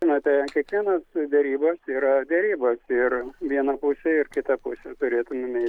na tai kiekvienos derybos yra derybos ir viena pusė ir kita pusė turėtumėm eit